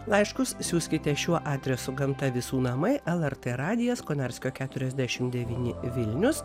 laiškus siųskite šiuo adresu gamta visų namai lrt radijas konarskio keturiasdešim devyni vilnius